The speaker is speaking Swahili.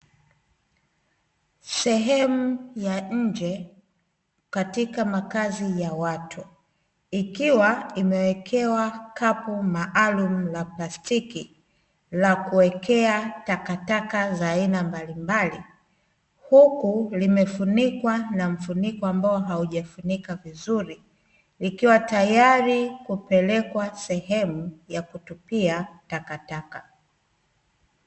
Sehemu ya nje katika makazi ya watu, ikiwa imewekewa kapu maalumu la plastiki la kuwekea takataka za aina mbalimali, huku limefunikwa na mfuniko ambao haujafunika vizuri likiwa tayari kupelekwa sehemu ya kutupia takataka.